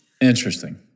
Interesting